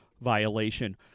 violation